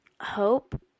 hope